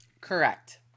Correct